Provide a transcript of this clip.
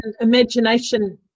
imagination